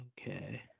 Okay